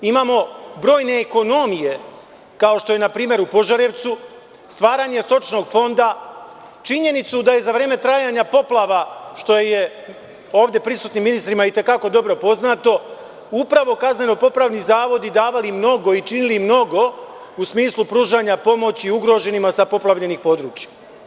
Imamo brojne ekonomije, kao što je npr. u Požarevcu, stvaranje stočnog fonda, činjenicu da je za vreme trajanja poplava, što je ovde prisutnim ministrima i te kako dobro poznato, upravo kazneno-popravni zavodi davali mnogo i činili mnogo u smislu pružanja pomoći ugroženima sa poplavljenih područja.